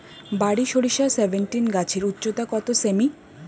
বারি সরিষা সেভেনটিন গাছের উচ্চতা কত সেমি?